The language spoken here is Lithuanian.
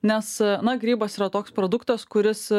nes na grybas yra toks produktas kuris